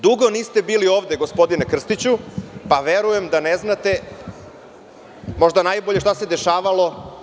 Dugo niste bili ovde, gospodine Krstiću, pa verujem da ne znate možda najbolje šta se dešavalo…